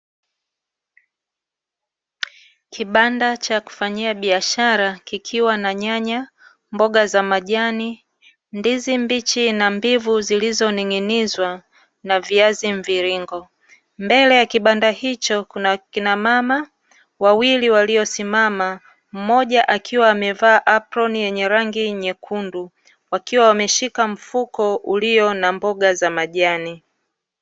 Kibanda cha kufanyia biashara kikiwa na nyanya, mboga za majani, ndizi mbichi na mbivu, zilizo ning'inizwa na viazi mviringo, mbele ya kibanda hicho kuna kina mama, wawili waliosimama mmoja akiwa amevaa aproni yenye rangi nyekundu, wakiwa wameshika mfuko ulio na mboga za majani.